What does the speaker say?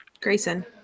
Grayson